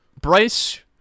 Bryce